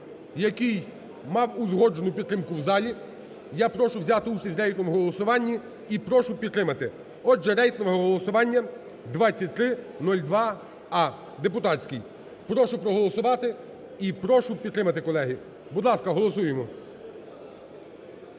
який мав узгоджену підтримку в залі. Я прошу взяти участь в рейтинговому голосуванні і прошу підтримати. Отже, рейтингове голосування 2302а (депутатський). Прошу проголосувати і прошу підтримати, колеги. Будь ласка, голосуємо.